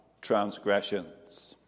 transgressions